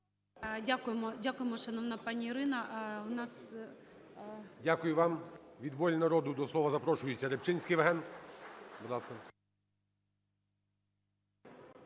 дякуємо, шановна пані Ірина.